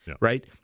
Right